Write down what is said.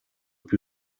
più